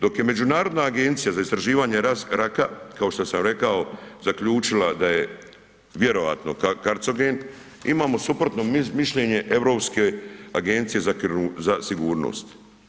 Dok je Međunarodna agencija za istraživanje raka, kao što sam rekao zaključila da je vjerojatno kancerogen imamo suprotno mišljenje Europske agencije za sigurnost.